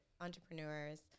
entrepreneurs